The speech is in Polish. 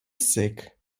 syk